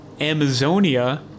Amazonia